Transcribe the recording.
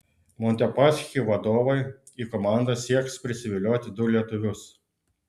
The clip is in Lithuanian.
montepaschi vadovai į komandą sieks prisivilioti du lietuvius